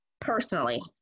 personally